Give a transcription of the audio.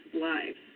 lives